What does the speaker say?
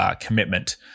commitment